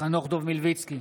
חנוך דב מלביצקי,